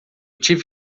tive